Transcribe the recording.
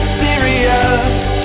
serious